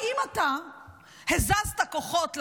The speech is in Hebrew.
האם אתה הזזת כוחות לדרום,